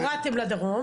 הורדתם לדרום.